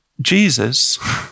Jesus